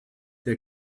der